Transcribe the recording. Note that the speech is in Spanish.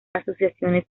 asociaciones